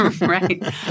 right